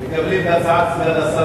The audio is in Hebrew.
אנחנו מקבלים את הצעת סגן השר,